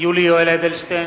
יולי יואל אדלשטיין,